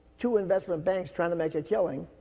two investment banks trying to make a killing,